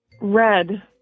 Red